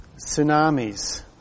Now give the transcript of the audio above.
tsunamis